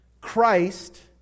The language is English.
Christ